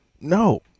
No